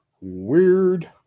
Weird